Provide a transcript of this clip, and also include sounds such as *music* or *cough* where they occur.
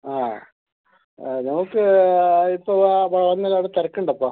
ആ നമുക്ക് ഇപ്പം *unintelligible* അവിടെ തിരക്കുണ്ടോ ഇപ്പം